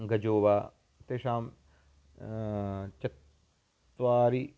गजो वा तेषां चत्वारि